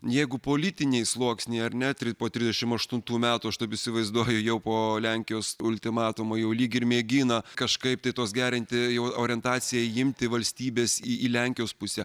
jeigu politiniai sluoksniai ar net tri po trisdešimt aštuntų metų aš taip įsivaizduoju jau po lenkijos ultimatumo jau lyg ir mėgina kažkaip tai tuos gerinti jau orientacija įimti valstybės į lenkijos pusę